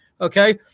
Okay